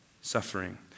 suffering